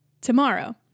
tomorrow